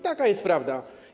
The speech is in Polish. Taka jest prawda.